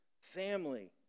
family